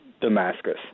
Damascus